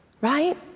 Right